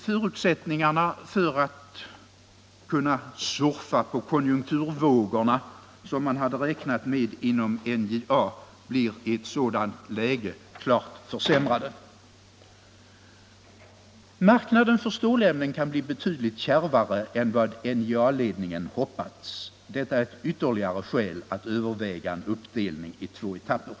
Förutsättningarna för att kunna surfa — Nr 87 på konjunkturvågorna, något som NJA hoppas på, blir i ett sådant läge Torsdagen den väsentligt försämrade. Marknaden för stålämnen kan bli betydligt kärvare 22 maj 1975 än vad NJA-ledningen hoppats. Detta är ett ytterligare skäl att överväga Li en uppdelning i två etapper.